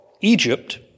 Egypt